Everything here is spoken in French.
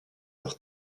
leur